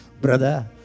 Brother